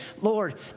Lord